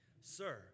Sir